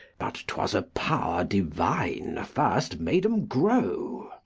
but twas a power divine first made em grow.